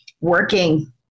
working